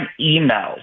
emails